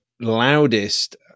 loudest